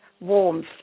warmth